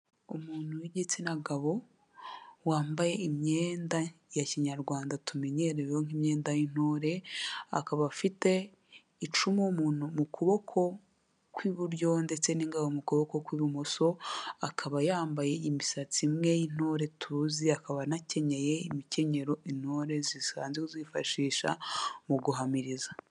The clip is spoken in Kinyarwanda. Umuntu w'igitsina gabo wambaye imyenda ya kinyarwanda tumenyerewe nk'imyenda y'intore, akaba afite icumu mu kuboko kw'iburyo ndetse n'ingabo mu kuboko kw'ibumoso, akaba yambaye imisatsi imwe y'intore tuzi, akaba anakenyeye imikenyero intore zisanzwe zifashisha mu guhamiriza.